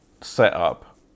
setup